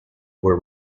were